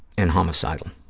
and homicidal.